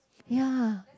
ya